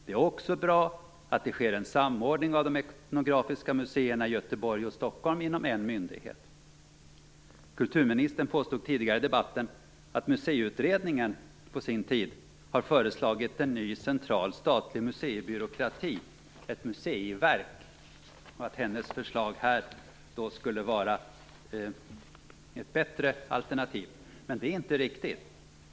Det är också bra att det sker en samordning av de etnografiska museerna i Göteborg och Kulturministern påstod tidigare i debatten att museiutredningen på sin tid föreslog en ny central statlig museibyråkrati, ett museiverk och att hennes förslag skulle vara ett bättre alternativ. Det är inte riktigt.